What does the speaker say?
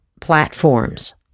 platforms